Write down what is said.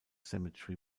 cemetery